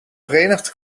verenigd